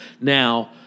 Now